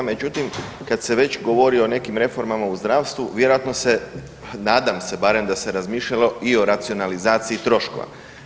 Međutim, kad se već govori o nekim reformama u zdravstvu vjerojatno se, nadam se da se barem razmišljalo i o racionalizaciji troškova.